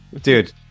Dude